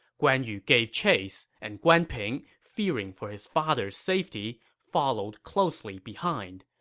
guan yu gave chase, and guan ping, fearing for his father's safety, followed closely behind.